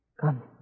Come